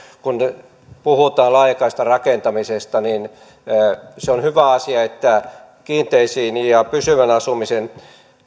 kun puhutaan laajakaistarakentamisesta että on hyvä asia että kiinteisiin ja pysyvän asumisen